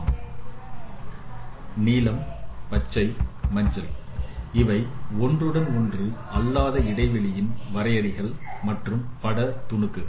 இடைவெளிகள் நீலம் பச்சை மஞ்சள் இவை ஒன்றுடன் ஒன்று அல்லாத இடைவெளியின் வரையறைகள் மற்றும் பட துணுக்குகள்